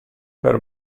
per